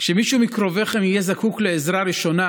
כשמישהו מקרוביכם יהיה זקוק לעזרה ראשונה